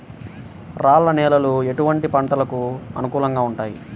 రాళ్ల నేలలు ఎటువంటి పంటలకు అనుకూలంగా ఉంటాయి?